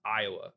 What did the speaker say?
iowa